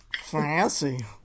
Fancy